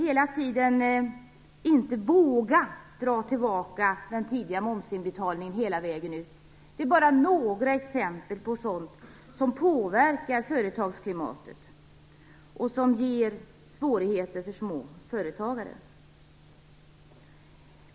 Man vågar inte dra tillbaka den tidigarelagda momsbetalningen hela vägen. Detta är bara några exempel på sådant som påverkar företagsklimatet och ger svårigheter för småföretagare.